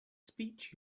speech